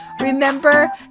Remember